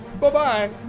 Bye-bye